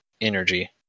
energy